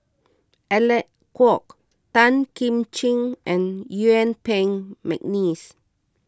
Alec Kuok Tan Kim Ching and Yuen Peng McNeice